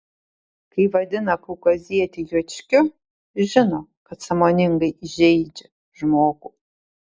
kai vadina kaukazietį juočkiu žino kad sąmoningai įžeidžia žmogų